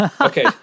Okay